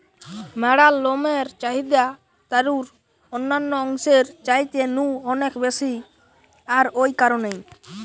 ম্যাড়ার লমের চাহিদা তারুর অন্যান্য অংশের চাইতে নু অনেক বেশি আর ঔ কারণেই